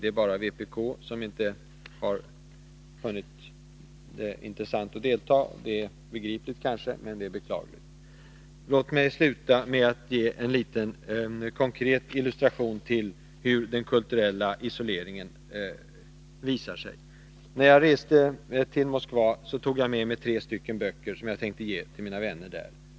Det är bara vpk som inte har funnit det motiverat att delta. Det är kanske begripligt, men det är beklagligt. Låt mig sluta med att ge en liten praktisk illustration till hur den kulturella isoleringen utövas. När jag reste till Moskva tog jag med mig de här tre 209 böckerna som jag tänkte ge till mina vänner.